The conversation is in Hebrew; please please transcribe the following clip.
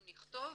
אנחנו נכתוב.